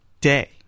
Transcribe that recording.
day